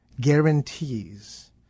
guarantees